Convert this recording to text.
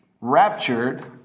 raptured